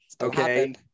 Okay